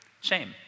shame